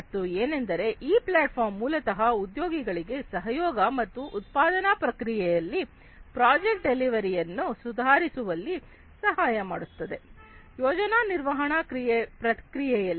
ಮತ್ತು ಏನಂದರೆ ಈ ಪ್ಲಾಟ್ಫಾರ್ಮ್ ಮೂಲತಃ ಉದ್ಯೋಗಿಗಳಿಗೆ ಸಹಯೋಗ ಮತ್ತು ಉತ್ಪಾದನಾ ಪ್ರಕ್ರಿಯೆಯಲ್ಲಿ ಪ್ರಾಜೆಕ್ಟ್ ಡೆಲಿವರಿಯನ್ನು ಸುಧಾರಿಸುವಲ್ಲಿ ಸಹಾಯಮಾಡುತ್ತದೆ ಯೋಜನಾ ನಿರ್ವಹಣಾ ಪ್ರಕ್ರಿಯೆಯಲ್ಲಿ